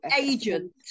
Agent